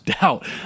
doubt